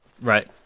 right